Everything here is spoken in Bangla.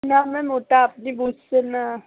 না ম্যাম ওটা আপনি বুঝছেন না